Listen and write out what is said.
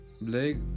Blake